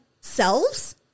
selves